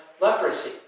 leprosy